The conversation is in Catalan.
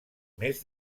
més